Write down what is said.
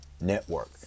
network